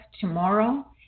Tomorrow